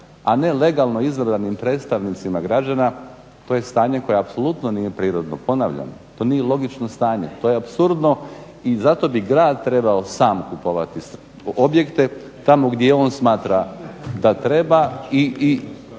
a ne legalno izabranim predstavnicima građana, to je stanje koje apsolutno nije prirodno. Ponavljam, to nije logično stanje, to je apsurdno i zato bi grad trebao sam kupovati objekte tamo gdje on smatra da treba i